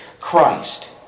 Christ